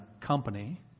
company